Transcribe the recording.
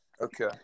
Okay